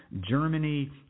Germany